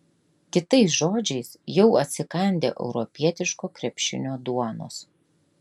kitais žodžiais jau atsikandę europietiško krepšinio duonos